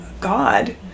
god